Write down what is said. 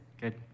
Good